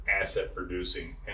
asset-producing